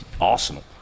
Arsenal